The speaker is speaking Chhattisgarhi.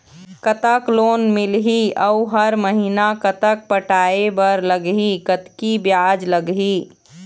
कतक लोन मिलही अऊ हर महीना कतक पटाए बर लगही, कतकी ब्याज लगही?